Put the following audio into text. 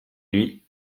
nuit